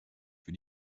für